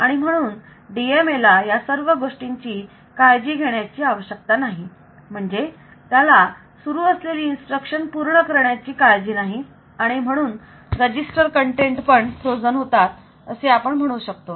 आणि म्हणून DMA ला या सर्व गोष्टींची काळजी घेण्याची आवश्यकता नाही म्हणजेच त्याला सुरु असलेली इन्स्ट्रक्शन पूर्ण करण्याची काळजी नाही आणि म्हणून रजिस्टर कन्टेन्ट पण फ्रोजन होतात असे आपण म्हणू शकतो